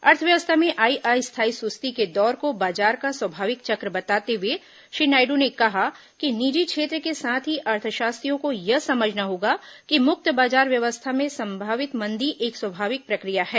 अर्थव्यवस्था में आई अस्थायी सुस्ती के दौर को बाजार का स्वाभाविक चक्र बताते हुए श्री नायड् ने कहा कि निजी क्षेत्र के साथ ही अर्थशास्त्रियों को यह समझना होगा कि मुक्त बाजार व्यवस्था में संभावित मंदी एक स्वाभाविक प्रक्रिया है